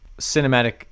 cinematic